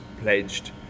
pledged